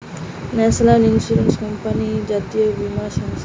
national insurance company জাতীয় বীমা সংস্থা